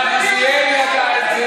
הרב עוזיאל ידע את זה.